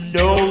no